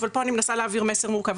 אבל פה אני מנסה להעביר מסר מורכב.